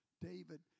David